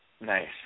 Nice